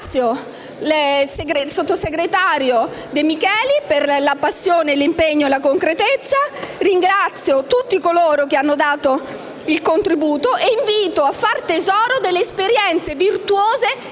Ringrazio il sottosegretario De Micheli per la passione, l'impegno e la concretezza. Ringrazio tutti coloro che hanno dato un contributo e invito a far tesoro delle esperienze virtuose